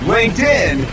LinkedIn